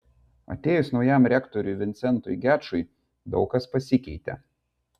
atėjus naujam rektoriui vincentui gečui daug kas pasikeitė